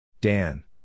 Dan